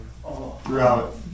throughout